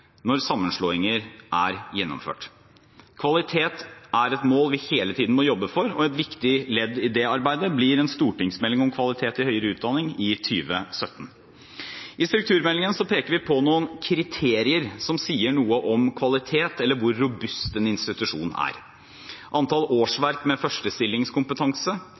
når sammenslåinger er gjennomført. Kvalitet er et mål vi hele tiden må jobbe for, og et viktig ledd i det arbeidet blir en stortingsmelding om kvalitet i høyere utdanning i 2017. I strukturmeldingen peker vi på noen kriterier som sier noe om kvalitet eller hvor robust en institusjon er: antall årsverk med førstestillingskompetanse,